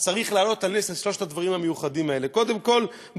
צריך להעלות על נס את שלושת הדברים המיוחדים האלה: קודם כול,